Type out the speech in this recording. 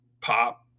Pop